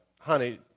honey